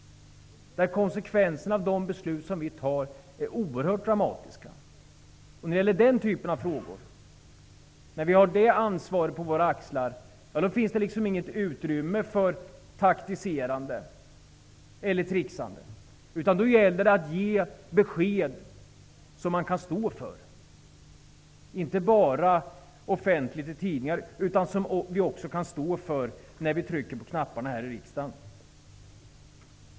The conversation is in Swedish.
Konsekvenserna av de beslut vi fattar är oerhört dramatiska. När det gäller den typen av frågor som innebär ett sådant ansvar på våra axlar finns det inget utrymme för taktiserande eller tricksande. Då gäller det att ge besked som vi kan stå för, inte bara offentligt i tidningar utan också när vi trycker på voteringsknapparna här i riksdagen.